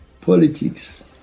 politics